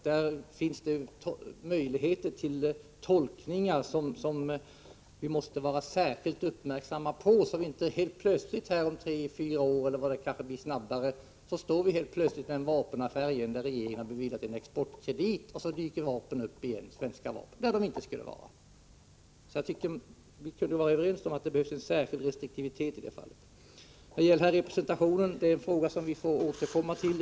Det finns här möjlighet till tolkningar som vi måste vara särskilt uppmärksamma på, så att vi inte helt plötsligt om tre fyra år eller ännu tidigare står här med en vapenaffär, där regeringen beviljat en exportkredit och svenska vapen dyker upp någonstans där de inte borde vara. Vi bör alltså kunna vara överens om att det behövs särskilt stor restriktivitet i detta fall. Frågan om representationen får vi återkomma till.